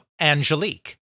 Angelique